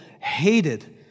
hated